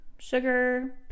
sugar